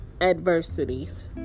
adversities